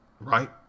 right